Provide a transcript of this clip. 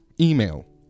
email